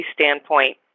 standpoint